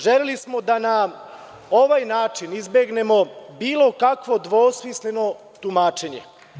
Želeli smo da na ovaj način izbegnemo bilo kakvo dvosmisleno tumačenje.